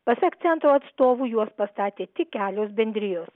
pasak centro atstovų juos pastatė tik kelios bendrijos